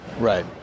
Right